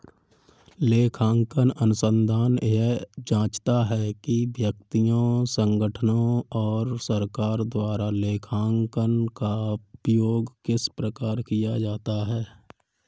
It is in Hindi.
लेखांकन अनुसंधान यह जाँचता है कि व्यक्तियों संगठनों और सरकार द्वारा लेखांकन का उपयोग किस प्रकार किया जाता है